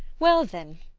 well then,